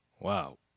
Wow